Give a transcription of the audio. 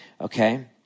okay